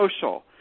social